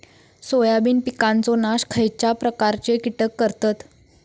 Soybean पिकांचो नाश खयच्या प्रकारचे कीटक करतत?